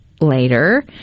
later